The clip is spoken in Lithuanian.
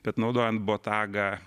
bet naudojant botagą